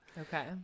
Okay